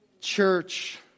church